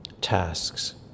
tasks